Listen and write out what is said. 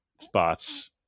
spots